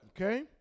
Okay